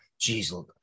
Jeez